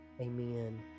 Amen